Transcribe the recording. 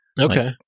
Okay